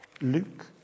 Luke